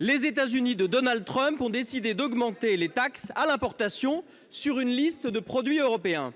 les États-Unis de Donald Trump ont décidé d'augmenter les taxes à l'importation sur une liste de produits européens.